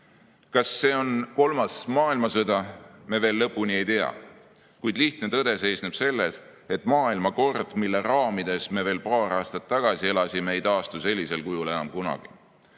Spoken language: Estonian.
Kas see on kolmas maailmasõda, me veel lõpuni ei tea. Kuid lihtne tõde seisneb selles, et maailmakord, mille raamides me veel paar aastat tagasi elasime, ei taastu sellisel kujul enam kunagi. Kus